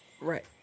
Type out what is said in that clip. Right